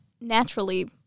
naturally